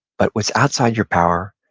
but what's outside your power,